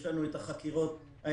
יש לנו את החקירות האנושיות,